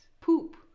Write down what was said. poop